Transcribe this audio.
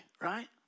right